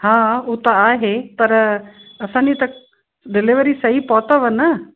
हा हू त आहे पर असांजी त डिलीवरी सही पहुतव न